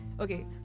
okay